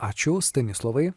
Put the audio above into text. ačiū stanislovai